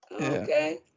Okay